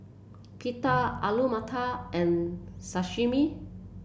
Pita Alu Matar and Sashimi